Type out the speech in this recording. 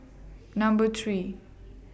Number three